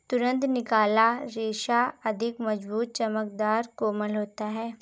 तुरंत निकाला रेशा अधिक मज़बूत, चमकदर, कोमल होता है